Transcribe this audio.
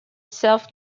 self